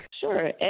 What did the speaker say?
Sure